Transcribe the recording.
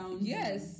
Yes